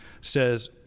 says